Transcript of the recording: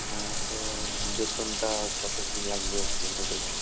হ্যাঁ তো বেতনটা কতো কী লাগবে একটু বলে দিন